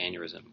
aneurysm